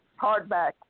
hardback